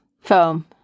Foam